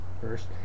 first